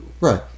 Right